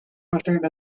hosted